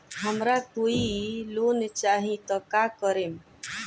हमरा कोई लोन चाही त का करेम?